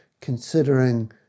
considering